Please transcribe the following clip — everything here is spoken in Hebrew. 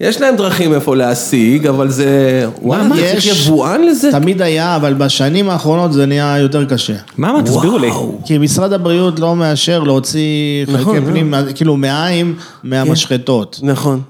יש להם דרכים איפה להשיג, אבל זה... וואו, צריך יבואן לזה. תמיד היה, אבל בשנים האחרונות זה נהיה יותר קשה. מה, מה תסבירו לי? כי משרד הבריאות לא מאשר להוציא חלקי פנים, כאילו, מעיים מהמשחטות. נכון.